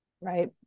right